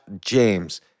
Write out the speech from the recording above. James